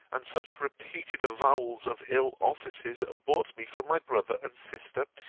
and such repeated avowals of ill offices, brought me from my brother and sister,